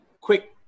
quick